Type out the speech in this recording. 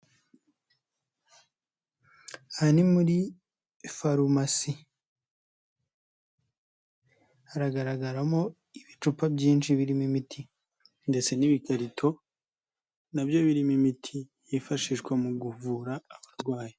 Aha ni muri farumasi, haragaragaramo ibicupa byinshi birimo imiti ndetse n'ibikarito na byo birimo imiti yifashishwa mu kuvura abarwayi.